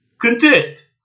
content